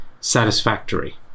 satisfactory